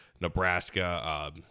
Nebraska –